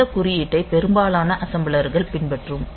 இந்த குறியீட்டை பெரும்பாலான அசெம்பளர்கள் பின்பற்றும்